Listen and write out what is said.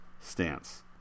stance